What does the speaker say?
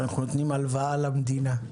נותנים הלוואה למדינה,